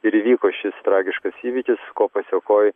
ir įvyko šis tragiškas įvykis ko pasekoj